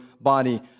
body